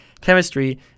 chemistry